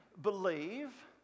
believe